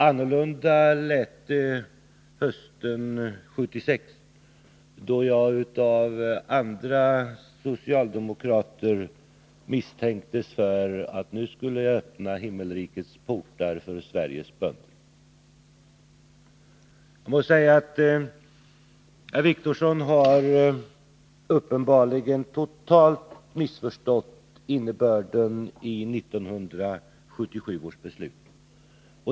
Annorlunda lät det hösten 1976, då jag av andra socialdemokrater misstänktes för att jag skulle öppna himmelrikets portar för Sveriges bönder. Jag må säga att herr Wictorsson uppenbarligen totalt har missförstått innebörden i 1977 års jordbrukspolitiska beslut.